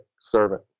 servant